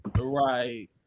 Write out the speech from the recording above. Right